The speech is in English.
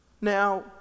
Now